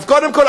אז קודם כול,